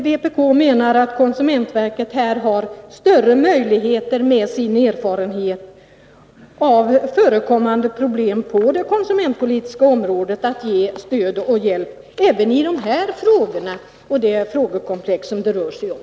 Vpk menar att konsumentverket har större möjligheter, med sin erfarenhet av förekommande problem på det konsumentpolitiska området, att ge stöd och hjälp i det frågekomplex som det rör sig om.